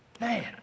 Man